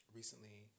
recently